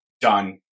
done